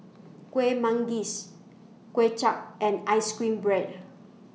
Kueh Manggis Kway Chap and Ice Cream Bread